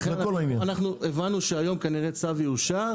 אנחנו הבנו שהיום כנראה הצו יאושר,